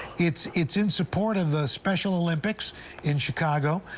it's it's in support of the special olympics in chicago.